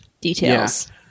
details